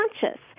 conscious